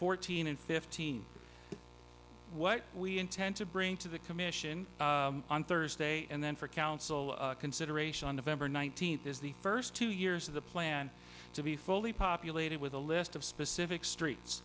fourteen and fifteen what we intend to bring to the commission on thursday and then for council consideration of ever nineteenth is the first two years of the plan to be fully populated with a list of specific streets